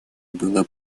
было